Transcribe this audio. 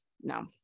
no